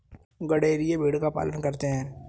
गड़ेरिया भेड़ का पालन करता है